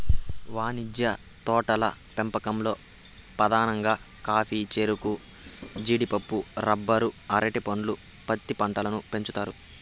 వాణిజ్య తోటల పెంపకంలో పధానంగా కాఫీ, చెరకు, జీడిపప్పు, రబ్బరు, అరటి పండు, పత్తి పంటలను పెంచుతారు